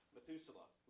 Methuselah